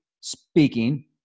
speaking